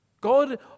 God